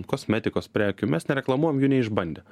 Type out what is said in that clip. kosmetikos prekių mes nereklamuojam jų neišbandę